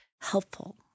helpful